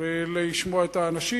ולשמוע את האנשים.